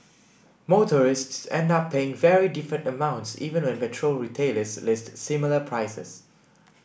motorists end up paying very different amounts even when petrol retailers list similar prices